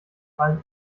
fallen